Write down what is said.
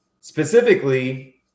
specifically